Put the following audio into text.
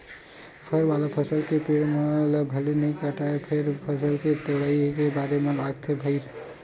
फर वाला फसल के पेड़ ल भले नइ काटय फेर फल के तोड़ाई करे बर लागथे भईर